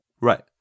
Right